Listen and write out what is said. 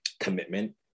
commitment